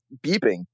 beeping